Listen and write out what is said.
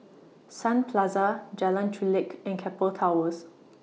Sun Plaza Jalan Chulek and Keppel Towers